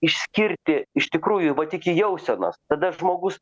išskirti iš tikrųjų vat iki jausenos tada žmogus